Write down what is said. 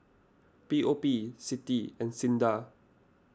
P O P Citi and Sinda